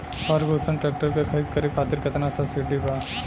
Ferguson tractor के खरीद करे खातिर केतना सब्सिडी बा?